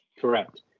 Correct